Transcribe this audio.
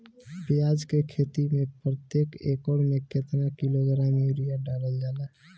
प्याज के खेती में प्रतेक एकड़ में केतना किलोग्राम यूरिया डालल जाला?